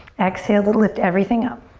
exhale to lift everything up.